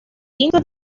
tinto